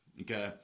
Okay